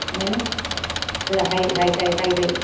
എങ്ങനെ അല്ല hi hi hi hi high